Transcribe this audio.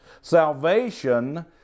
Salvation